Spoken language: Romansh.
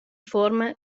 fuorma